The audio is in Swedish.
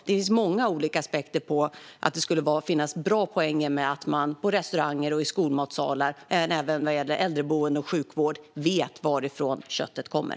Det finns många olika aspekter på och bra poänger med att man på restauranger, i skolmatsalar, i äldrevård och i sjukvård vet varifrån köttet kommer.